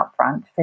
upfront